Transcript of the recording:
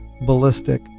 Ballistic